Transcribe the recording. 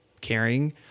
caring